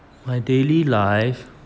my daily life